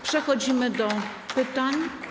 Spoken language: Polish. Przechodzimy do pytań.